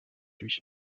lui